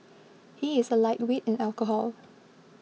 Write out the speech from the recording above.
he is a lightweight in alcohol